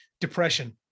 depression